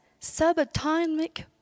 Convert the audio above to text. subatomic